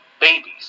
babies